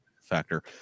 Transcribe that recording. factor